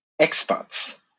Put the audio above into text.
experts